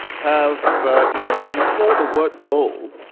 have even before the word go,